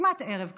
כמעט ערב כבר,